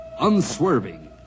unswerving